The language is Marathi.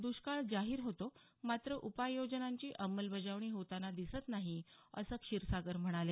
द्ष्काळ जाहीर होतो मात्र उपाय योजनांची अंमलबजावणी होतांना दिसत नाही असं क्षीरसागर म्हणाले